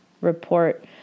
report